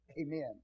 Amen